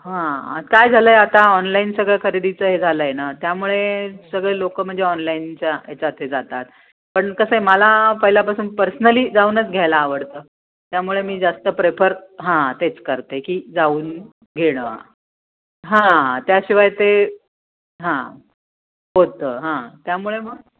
हां काय झालं आहे आता ऑनलाईन सगळं खरेदीचं हे झालं आहे ना त्यामुळे सगळे लोक म्हणजे ऑनलाईनच्या याच्या हे जातात पण कसं आहे मला पहिल्यापासून पर्सनली जाऊनच घ्यायला आवडतं त्यामुळे मी जास्त प्रेफर हां तेच करते की जाऊन घेणं हां त्याशिवाय ते हां होतं हां त्यामुळे मग